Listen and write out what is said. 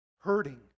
hurting